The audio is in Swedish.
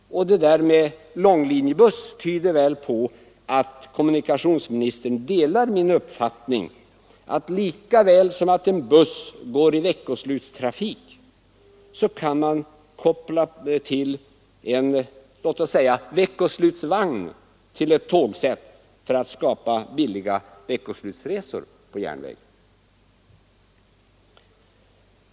Det där med långlinjebuss tyder på att kommunikationsministern delar min uppfattning att lika väl som en buss går i veckoslutstrafik kan man koppla på låt oss säga en veckoslutsvagn till ett tågsätt för att skapa billiga veckoslutsresor på järnväg.